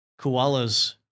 koalas